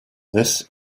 this